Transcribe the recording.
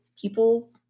people